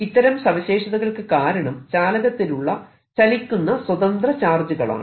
ഇത്തരം സവിശേഷതകൾക്കു കാരണം ചാലകത്തിലുള്ള ചലിക്കുന്ന സ്വതന്ത്ര ചാർജുകളാണ്